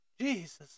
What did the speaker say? Jesus